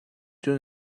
cun